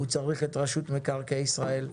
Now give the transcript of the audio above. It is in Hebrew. הוא צריך את רשות מקרקעי ישראל,